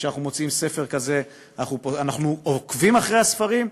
וכשאנחנו מוציאים ספר כזה אנחנו עוקבים אחרי הספרים,